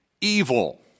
evil